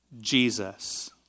Jesus